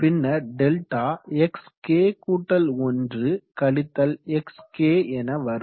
பின்னர் delta xk1 - xk என வரும்